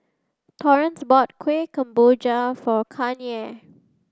Torrance bought Kueh Kemboja for Kanye